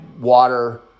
water